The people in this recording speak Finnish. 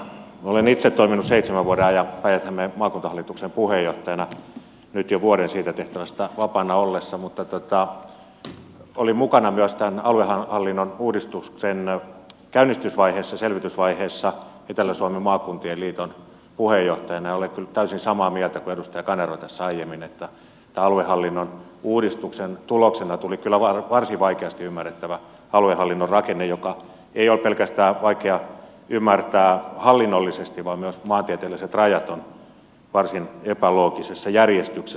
olen itse toiminut seitsemän vuoden ajan päijät hämeen maakuntahallituksen puheenjohtajana nyt jo vuoden siitä tehtävästä vapaana ollessa mutta olin mukana myös tämän aluehallinnon uudistuksen käynnistysvaiheessa selvitysvaiheessa etelä suomen maakuntien liiton puheenjohtajana ja olen kyllä täysin samaa mieltä kuin edustaja kanerva tässä aiemmin että aluehallinnon uudistuksen tuloksena tuli kyllä varsin vaikeasti ymmärrettävä aluehallinnon rakenne joka ei ole pelkästään vaikea ymmärtää hallinnollisesti vaan myös maantieteelliset rajat ovat varsin epäloogisessa järjestyksessä